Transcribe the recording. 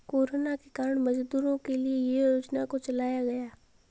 corona के कारण मजदूरों के लिए ये योजना को चलाया गया